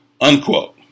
Unquote